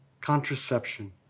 contraception